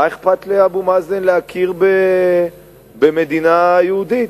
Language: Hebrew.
מה אכפת לאבו מאזן להכיר במדינה יהודית?